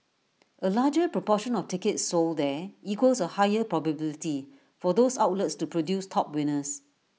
A larger proportion of tickets sold there equals A higher probability for those outlets to produce top winners